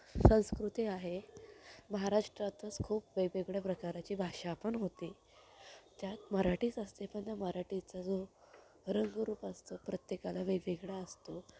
संस्कृती आहे महाराष्ट्रातच खूप वेगवेगळ्या प्रकाराची भाषा पण होते त्यात मराठीच असते पन त्या मराठीचा जो रंगरूप असतो प्रत्येकाला वेगवेगळा असतो